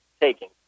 taking